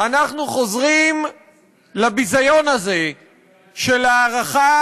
אנחנו חוזרים לביזיון הזה של הארכה